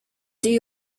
that